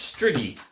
Striggy